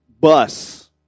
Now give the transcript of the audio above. bus